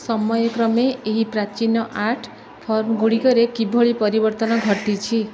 ସମୟ କ୍ରମେ ଏହି ପ୍ରାଚୀନ ଆର୍ଟ ଫର୍ମ ଗୁଡ଼ିକରେ କିଭଳି ପରିବର୍ତ୍ତନ ଘଟିଛି